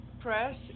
Press